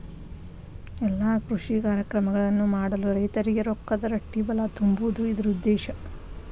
ಎಲ್ಲಾ ಕೃಷಿ ಕಾರ್ಯಕ್ರಮಗಳನ್ನು ಮಾಡಲು ರೈತರಿಗೆ ರೊಕ್ಕದ ರಟ್ಟಿಬಲಾ ತುಂಬುದು ಇದ್ರ ಉದ್ದೇಶ